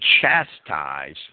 chastise